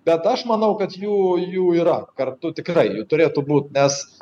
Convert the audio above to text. bet aš manau kad jų jų yra kartu tikrai turėtų būt nes